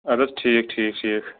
اَدٕ حظ ٹھیٖک ٹھیٖک ٹھیٖک